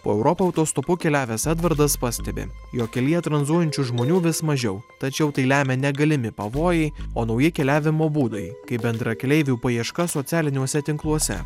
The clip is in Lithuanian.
po europą autostopu keliavęs edvardas pastebi jog kelyje tranzuojančių žmonių vis mažiau tačiau tai lemia ne galimi pavojai o nauji keliavimo būdai kaip bendrakeleivių paieška socialiniuose tinkluose